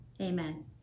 amen